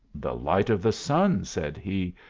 the light of the sun, said he,